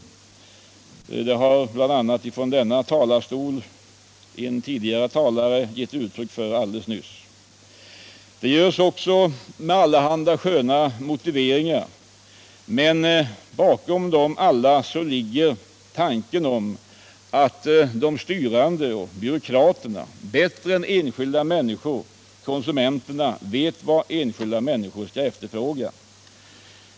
Denna uppfattning har bl.a. från denna talarstol en tidigare talare gett uttryck för alldeles nyss. Det görs också med allehanda sköna motiveringar, men bakom dem alla ligger tanken att de styrande och byråkraterna bättre än de enskilda människorna, konsumenterna, vet vad enskilda människor skall efterfråga.